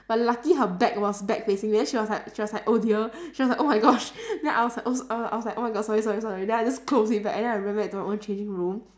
but lucky her back was back facing me then she was like she was like oh dear she was like oh my gosh then I was like oh s~ err I was like oh my god sorry sorry sorry then I just close it back and then I went back to my own changing room